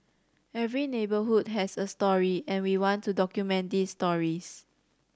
every neighbourhood has a story and we want to document these stories